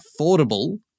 affordable